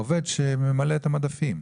עובד שממלא את המדפים,